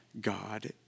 God